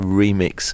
remix